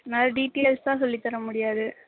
நல்ல டீடைல்ஸாக சொல்லித்தரமுடியாது